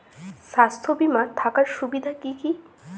স্বাস্থ্য বিমা থাকার সুবিধা কী কী?